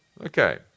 Okay